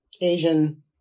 Asian